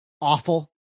awful